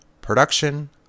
production